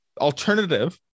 Alternative